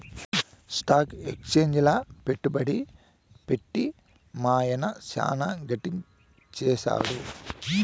stock ఎక్సేంజిల పెట్టుబడి పెట్టి మా యన్న సాన గడించేసాడు